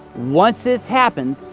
once this happens,